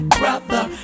brother